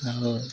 ଆଉ